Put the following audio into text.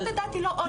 לא, לא.